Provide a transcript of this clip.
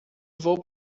vou